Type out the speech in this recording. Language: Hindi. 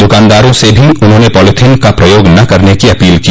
दुकानदारों से भी उन्होंने पॉलिथीन का प्रयोग न करने की अपील की